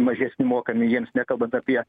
mažesni mokami jiems nekalbant apie